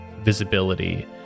visibility